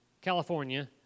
California